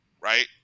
right